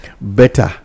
Better